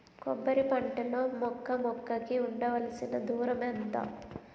కొబ్బరి పంట లో మొక్క మొక్క కి ఉండవలసిన దూరం ఎంత